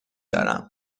دارم